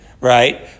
right